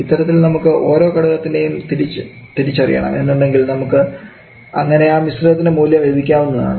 ഇത്തരത്തിൽ നമുക്ക് ഓരോ ഘടകത്തിൻറെയും തിരിച്ചറിയണം എന്നുണ്ടെങ്കിൽ നമുക്ക് അങ്ങനെ ആ മിശ്രിതത്തിൻറെ മൂല്യം ലഭിക്കുന്നതാണ്